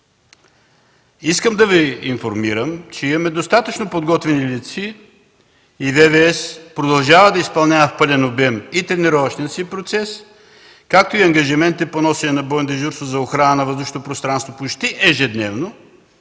Искам да Ви информирам, че имаме достатъчно подготвени летци и ВВС продължават да изпълняват в пълен обем тренировъчния си процес и ангажиментите по носене на бойно дежурство за охрана на въздушното пространство почти ежедневно